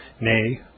nay